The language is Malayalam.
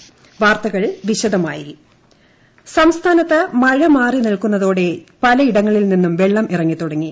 ടട കേരളം മഴ സംസ്ഥാനത്ത് മഴ മാറി നിൽക്കുന്നതോടെ പലയിടങ്ങളിൽ നിന്നും വെളളം ഇറങ്ങി തുടങ്ങി